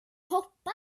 hoppas